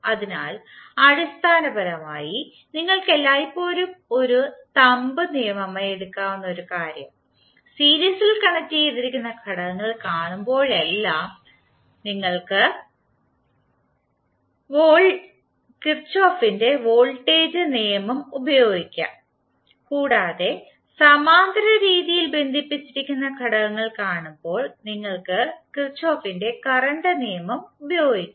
അതിനാൽ അടിസ്ഥാനപരമായി നിങ്ങൾക്ക് എല്ലായ്പ്പോഴും ഒരു തമ്പ് നിയമമായി എടുക്കാവുന്ന ഒരു കാര്യം സീരീസിൽ കണക്റ്റുചെയ്തിരിക്കുന്ന ഘടകങ്ങൾ കാണുമ്പോഴെല്ലാം നിങ്ങൾക്ക് കിർചോഫിന്റെ വോൾട്ടേജ് നിയമം ഉപയോഗിക്കാം കൂടാതെ സമാന്തര രീതിയിൽ ബന്ധിപ്പിച്ചിരിക്കുന്ന ഘടകങ്ങൾ കാണുമ്പോൾ നിങ്ങൾക്ക് കിർചോഫിന്റെ കറണ്ട് നിയമം ഉപയോഗിക്കാം